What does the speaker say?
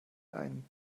einen